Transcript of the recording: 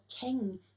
king